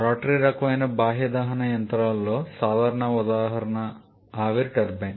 rotary రకమైన బాహ్య దహన యంత్రాలలో సాధారణ ఉదాహరణ ఆవిరి టర్బైన్